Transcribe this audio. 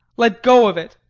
let go of it.